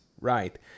right